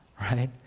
right